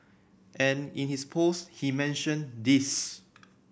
and in his post he mentioned this